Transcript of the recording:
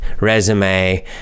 resume